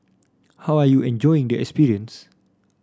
how are you enjoying the experience